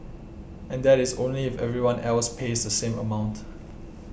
and that is only if everyone else pays the same amount